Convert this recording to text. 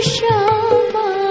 Shama